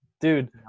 Dude